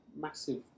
massive